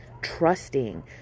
trusting